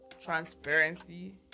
transparency